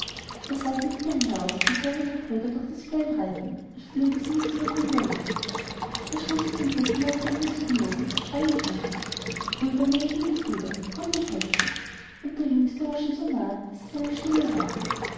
da sah sie wieder hinaus und sah ihre drei brüder durch das feld reiten als flögen sie wie vögel in der luft da schrie sie zum drittenmal in der höchsten noth und aus allen kräften brüder meine lieben brüder kommt helft mir und der jüngste war schon so nah daß sie seine stimme hörte